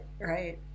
right